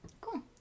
cool